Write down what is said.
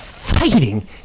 fighting